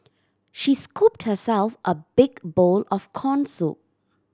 she scooped herself a big bowl of corn soup